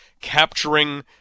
capturing